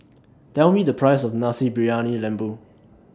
Tell Me The Price of Nasi Briyani Lembu